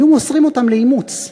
היו מוסרים אותם לאימוץ.